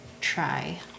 try